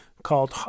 called